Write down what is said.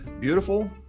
beautiful